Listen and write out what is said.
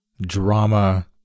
drama